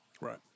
Right